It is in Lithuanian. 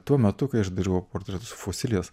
tuo metu kai aš dariau portretus fosilijas